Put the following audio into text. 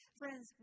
friends